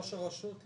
ראש הרשות,